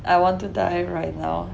I want to die right now